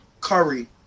Curry